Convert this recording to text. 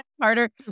harder